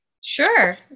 Sure